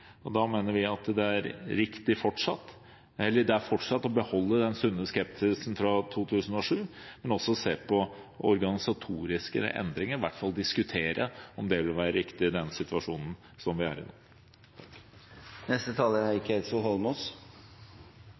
Da mener vi at det fortsatt er riktig å beholde den sunne skepsisen fra 2007, men også se på organisatoriske endringer, i hvert fall diskutere om det ville være riktig i denne situasjonen som vi er i nå. Jeg har planlagt å komme på 50-årsfeiringen til Norsk olje og gass, for det er